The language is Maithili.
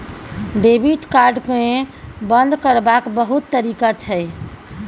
डेबिट कार्ड केँ बंद करबाक बहुत तरीका छै